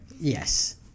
Yes